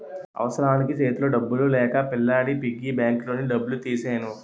అవసరానికి సేతిలో డబ్బులు లేక పిల్లాడి పిగ్గీ బ్యాంకులోని డబ్బులు తీసెను